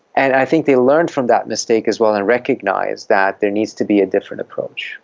and i think they learned from that mistake as well and recognised that there needs to be a different approach.